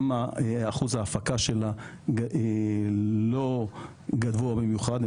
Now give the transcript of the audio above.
גם אחוז ההפקה שלה לא גבוה במיוחד,